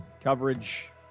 Coverage